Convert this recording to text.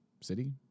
city